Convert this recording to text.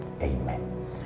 Amen